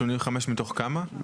285 מתוך כמה?